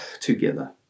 together